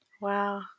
Wow